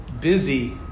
busy